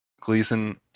Gleason